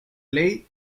ley